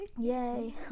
Yay